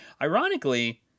Ironically